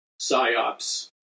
PSYOPs